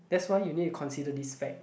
that's why you need to consider this fact